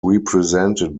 represented